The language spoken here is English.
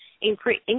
increase